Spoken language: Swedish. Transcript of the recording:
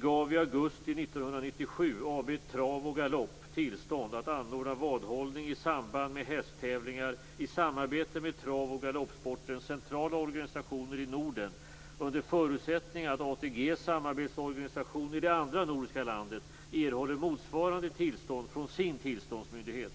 gav i augusti 1997 AB Trav och Galopp tillstånd att anordna vadhållning i samband med hästtävlingar i samarbete med trav och galoppsportens centrala organisationer i Norden under förutsättning att ATG:s samarbetsorganisation i det andra nordiska landet erhåller motsvarande tillstånd från sin tillståndsmyndighet.